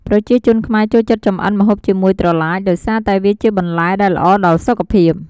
ប្រជាជនខ្មែរចូលចិត្តចម្អិនម្ហូបជាមួយត្រឡាច ដោយសារតែវាជាបន្លែដែលល្អដល់សុខភាព។